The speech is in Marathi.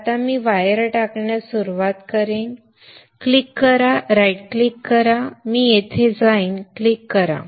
आता मी वायर टाकण्यास सुरुवात करेन क्लिक करा राइट क्लिक करा मी येथे जाईन क्लिक करा